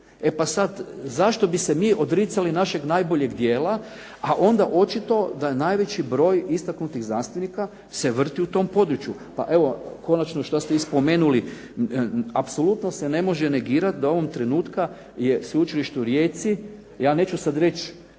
E pa sad, zašto bi se mi odricali našeg najboljeg dijela, a onda očito da je najveći broj istaknutih znanstvenika se vrti u tom području. Pa evo, konačno što ste i spomenuli, apsolutno se ne može negirati da ovog trenutka je sveučilište u Rijeci, ja neću sad reć